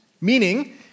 Meaning